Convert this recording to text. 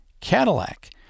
Cadillac